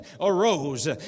arose